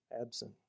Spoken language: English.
absent